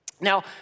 Now